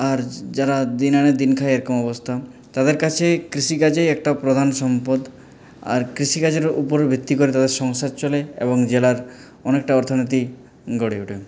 আর যারা দিন আনে দিন খায় এরকম অবস্থা তাদের কাছে কৃষিকাজই একটা প্রধান সম্পদ আর কৃষিকাজের উপর ভিত্তি করে তাদের সংসার চলে এবং জেলার অনেকটা অর্থনীতি গড়ে ওঠে